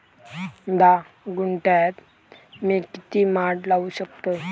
धा गुंठयात मी किती माड लावू शकतय?